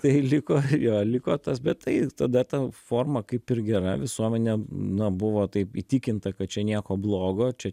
tai liko jo liko tas bet tai tada ta forma kaip ir gera visuomenė na buvo taip įtikinta kad čia nieko blogo čia